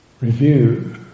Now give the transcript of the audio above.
review